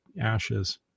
ashes